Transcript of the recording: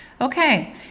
Okay